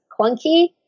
clunky